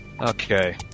Okay